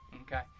Okay